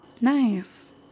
Nice